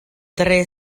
tre